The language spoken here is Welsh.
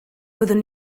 byddwn